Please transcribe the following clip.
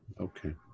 Okay